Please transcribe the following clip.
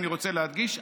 אני רוצה להדגיש,